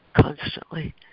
constantly